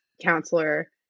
counselor